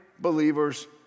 believer's